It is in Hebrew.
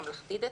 ממלכתי-דתי,